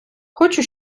хочу